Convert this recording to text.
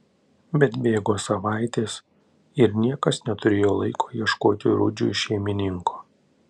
bet bėgo savaitės ir niekas neturėjo laiko ieškoti rudžiui šeimininko